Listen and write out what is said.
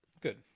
Good